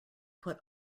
put